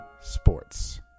sports